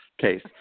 case